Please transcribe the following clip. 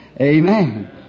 Amen